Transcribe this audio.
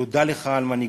תודה לך על מנהיגותך.